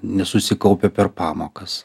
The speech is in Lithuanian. nesusikaupia per pamokas